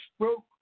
stroke